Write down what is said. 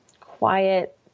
quiet